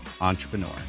Entrepreneur